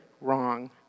wrong